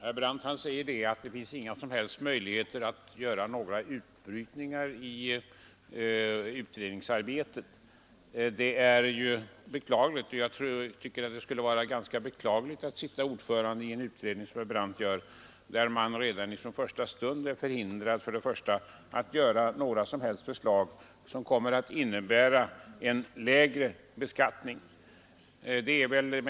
Herr talman! Herr Brandt säger att det inte finns några som helst möjligheter att göra några utbrytningar i utredningsarbetet. Det är beklagligt, och jag tycker att det skulle vara ganska besvärligt att sitta som ordförande i en utredning, som herr Brandt gör, där man redan från första stund är förhindrad att lägga fram några som helst förslag som kommer att medföra en lägre beskattning.